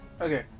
Okay